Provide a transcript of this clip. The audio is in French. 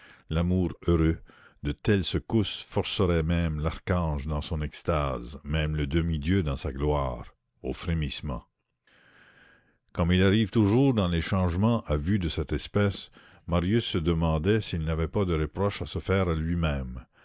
l'amour heureux de telles secousses forceraient même l'archange dans son extase même le demi-dieu dans sa gloire au frémissement comme il arrive toujours dans les changements à vue de cette espèce marius se demandait s'il n'avait pas de reproche à se faire à lui-même